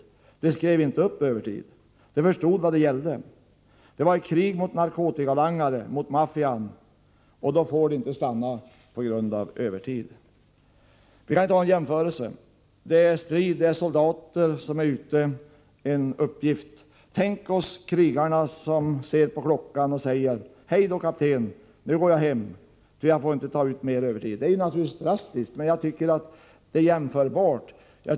Poliserna skrev inte upp övertiden, eftersom de förstod vad det handlade om. Det var ett krig mot narkotikalangare, mot maffian, och då skulle de inte få fullgöra sina uppgifter på grund av att facket ingrep mot övertidsarbetet. Låt oss göra en jämförelse och anta att det handlade om soldater som var ute i strid. Tänk om krigarna då skulle se på klockan och säga: Hej då, kapten! Nu går vi hem, för vi får inte ta ut mer övertid. Det är naturligtvis drastiskt, men det är enligt min mening jämförbart.